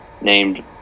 named